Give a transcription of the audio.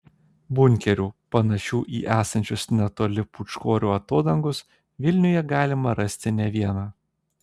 bunkerių panašių į esančius netoli pūčkorių atodangos vilniuje galima rasti ne vieną